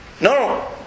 No